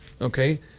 okay